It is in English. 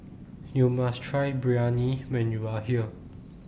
YOU must Try Biryani when YOU Are here